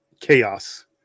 chaos